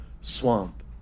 swamp